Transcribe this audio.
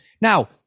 Now